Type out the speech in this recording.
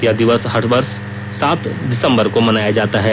यह दिवस हर वर्ष सात दिसम्बर को मनाया जाता है